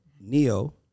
neo